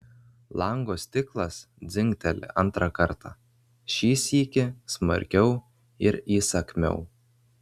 lango stiklas dzingteli antrą kartą šį sykį smarkiau ir įsakmiau